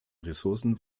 ressourcen